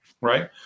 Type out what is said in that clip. right